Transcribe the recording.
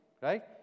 right